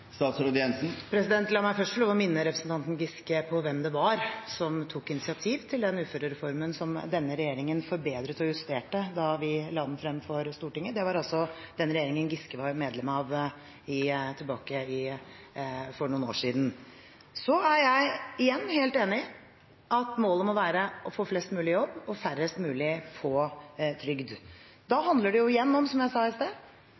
La meg først få lov til å minne representanten Giske på hvem det var som tok initiativ til den uførereformen som denne regjeringen forbedret og justerte da vi la den frem for Stortinget. Det var den regjeringen Giske var medlem av for noen år siden. Jeg er igjen helt enig i at målet må være å få flest mulig i jobb og færrest mulig på trygd. Da handler det igjen om – som jeg sa i sted